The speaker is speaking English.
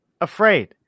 afraid